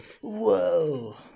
whoa